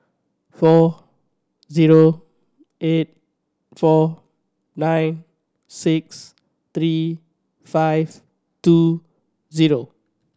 four zero eight four nine six three five two zero